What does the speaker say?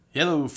Hello